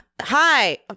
hi